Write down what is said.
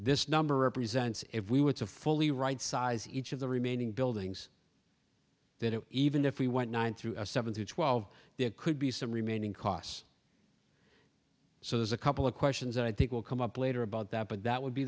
this number of presents if we were to fully right size each of the remaining buildings that it even if we went nine through a seven through twelve there could be some remaining costs so there's a couple of questions i think will come up later about that but that would be